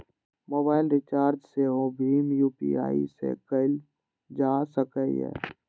mobile recharge सेहो भीम U P I सं कैल जा सकैए